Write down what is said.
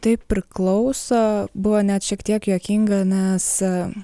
taip priklauso buvo net šiek tiek juokinga nes